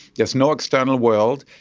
there is no external world,